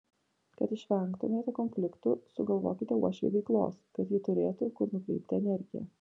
kad išvengtumėte konfliktų sugalvokite uošvei veiklos kad ji turėtų kur nukreipti energiją